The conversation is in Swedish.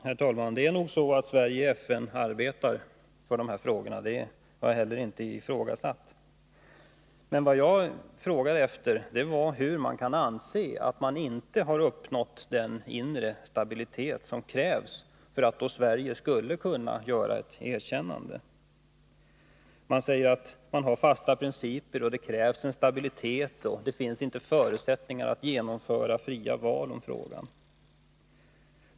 Herr talman! Ja, det är nog så att Sverige i FN arbetar för dessa mål. Det har jag heller inte ifrågasatt. Men vad jag frågade efter var hur man kan anse att den regering som avses inte har uppnått den inre stabilitet som krävs för att Sverige skulle kunna erkänna den. Man säger att man har fasta principer, att det krävs en stabilitet, att det inte finns förutsättningar för att genomföra fria val om frågan.